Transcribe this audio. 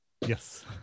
Yes